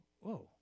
whoa